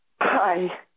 Hi